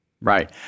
Right